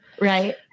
Right